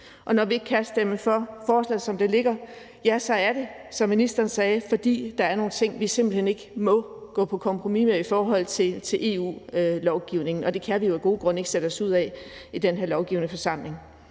Når vi ikke kan stemme for forslaget, som det ligger, ja, så er det, som ministeren sagde, fordi der er nogle ting, som vi simpelt hen ikke må gå på kompromis med i forhold til EU-lovgivningen, og det kan vi jo af gode grunde ikke sætte os ud over i den her lovgivende forsamling.